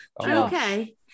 Okay